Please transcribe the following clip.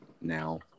now